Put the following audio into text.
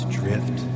drift